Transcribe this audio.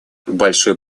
большой